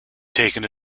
taken